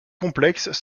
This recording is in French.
complexes